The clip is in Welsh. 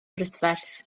brydferth